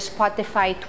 Spotify